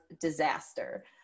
disaster